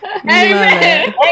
Amen